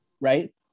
right